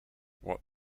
what